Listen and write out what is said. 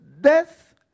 Death